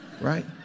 right